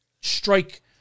strike